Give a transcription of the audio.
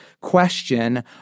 question